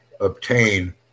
obtain